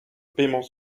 paiement